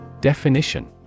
Definition